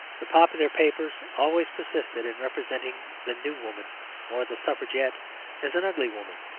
the popular papers always persisted in representing the new woman or the suffragette as an ugly woman,